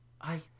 I